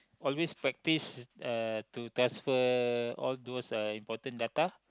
always practice uh to transfer all those uh important data